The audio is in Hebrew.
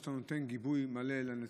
שאתה נותן גיבוי מלא לנציב.